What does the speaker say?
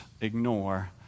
ignore